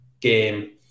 game